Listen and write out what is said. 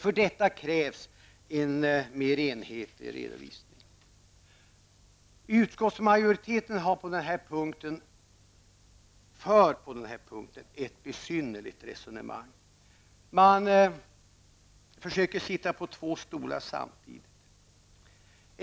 För detta krävs en mer enhetlig redovisning. Utskottsmajoriteten för på denna punkt ett besynnerligt resonemang. Man försöker sitta på två stolar samtidigt.